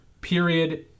period